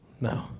No